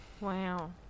Wow